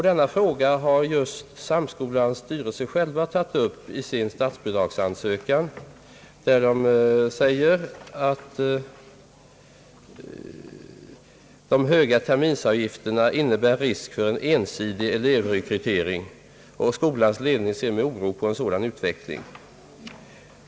Denna fråga har just Samskolans styrelse själv tagit upp i sin statsbidragsansökan, där styrelsen säger att de höga terminsavgifterna innebär risk för en ensidig elevrekrytering och att skolans ledning ser med oro på en sådan utveckling.